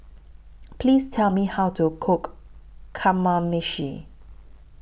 Please Tell Me How to Cook Kamameshi